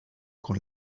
con